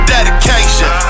Dedication